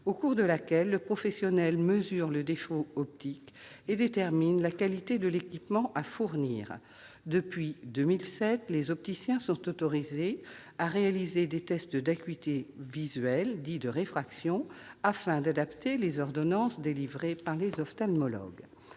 au cours de laquelle le professionnel mesure le défaut optique et détermine la qualité de l'équipement à fournir. Depuis 2007, les opticiens sont autorisés à réaliser des tests d'acuité visuelle dits de « réfraction » afin d'adapter les ordonnances délivrées par les ophtalmologues.